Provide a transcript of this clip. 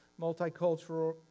multicultural